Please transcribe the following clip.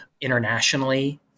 internationally